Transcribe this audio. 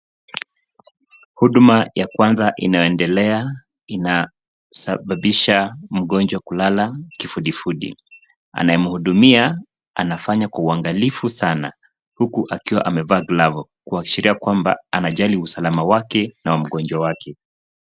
Huduma ya kwanza inayoendelea inasababisha mgonjwa kulala kifudifudi. Anayemhudumia anafanya kwa uangalifu sana, huku akiwa amevaa glavu, kuashiria kwamba anajali usalama wake na wa mgonjwa wake.